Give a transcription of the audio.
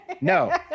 no